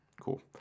Cool